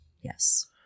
Yes